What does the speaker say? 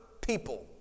people